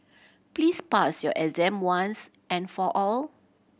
please pass your exam once and for all